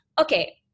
okay